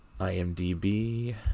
IMDB